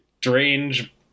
strange